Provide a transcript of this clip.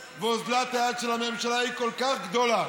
ואוזלת היד של הממשלה היא כל כך גדולה,